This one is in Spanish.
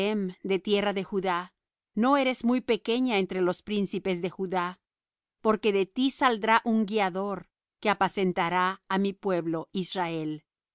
de tierra de judá no eres muy pequeña entre los príncipes de judá porque de ti saldrá un guiador que apacentará á mi pueblo israel